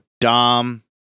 Dom